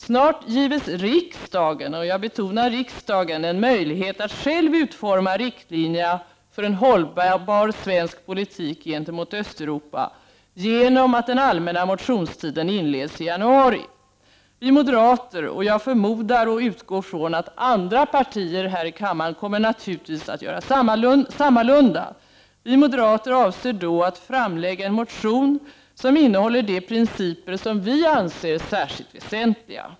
Snart gives riksdagen — jag betonar riksdagen — en möjlighet att själv utforma riktlinjerna för en hållbar svensk politik gentemot Östeuropa genom att den allmänna motionstiden inleds i januari. Vi moderater avser då — och jag utgår ifrån att alla andra partier kommer att göra sammalunda — att fram lägga en motion som innehåller de principer som vi anser särskilt väsentliga.